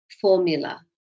formula